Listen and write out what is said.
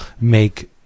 make